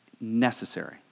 necessary